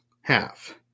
half